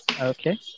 Okay